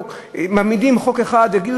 מעמידים חוק אחד, יגידו